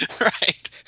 Right